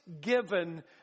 given